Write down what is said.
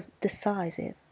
decisive